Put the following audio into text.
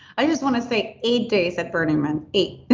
i just want to say eight days and burning man, eight.